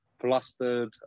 flustered